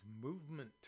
movement